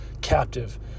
captive